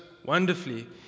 wonderfully